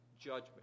judgment